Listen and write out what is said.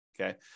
Okay